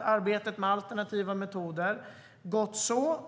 arbetet med alternativa metoder - gott så.